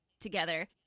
together